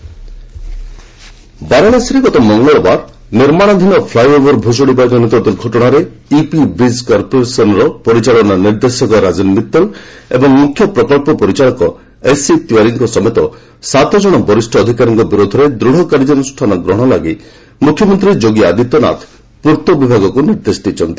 Varanasi report ବାରାଣସୀରେ ଗତ ମଙ୍ଗଳବାର ନିର୍ମାଣାଧୀନ ଫ୍ଲାଇ ଓଭର୍ ଭୁଶୁଡ଼ିବା ଜନିତ ଦୁର୍ଘଟଣାରେ ୟୁପି ବ୍ରିକ୍ କର୍ପୋରେସନ୍ର ପରିଚାଳନା ନିର୍ଦ୍ଦେଶକ ରାଜନ ମିତ୍ତଲ ଏବଂ ମୁଖ୍ୟ ପ୍ରକଳ୍ପ ପରିଚାଳକ ଏସ୍ସି ତିୱାରୀଙ୍କ ସମେତ ସାତଜଣ ବରିଷ୍ଣ ଅଧିକାରୀଙ୍କ ବିରୁଦ୍ଧରେ ଦୂଢ଼ କାର୍ଯ୍ୟାନୁଷ୍ଠାନ ଗ୍ରହଣ ଲାଗି ମୁଖ୍ୟମନ୍ତ୍ରୀ ଯୋଗୀ ଆଦିତ୍ୟନାଥ ପୂର୍ତ୍ତ ବିଭାଗକୁ ନିର୍ଦ୍ଦେଶ ଦେଇଛନ୍ତି